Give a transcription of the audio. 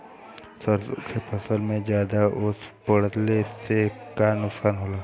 सरसों के फसल मे ज्यादा ओस पड़ले से का नुकसान होला?